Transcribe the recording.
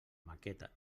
maqueta